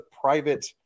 private